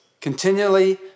continually